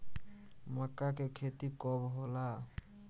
मक्का के खेती कब होला?